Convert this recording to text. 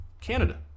Canada